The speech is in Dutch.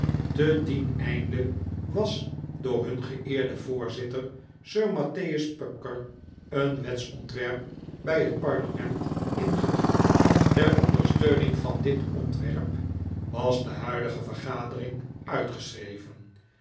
te dien einde was door hun geeerden voorzitter sir mattheus pupker een wetsontwerp bij het parlement ingediend ter ondersteuning van dit ontwerp was de huidige vergadering uitgeschreven